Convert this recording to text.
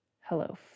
Hello